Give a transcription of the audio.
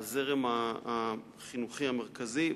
הזרם החינוכי המרכזי.